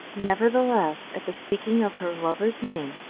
nevertheless, at the speaking of her lover's name,